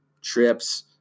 trips